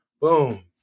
Boom